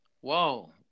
Whoa